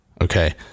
okay